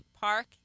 Park